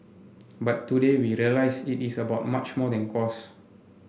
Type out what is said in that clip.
but today we realise it is about much more than cost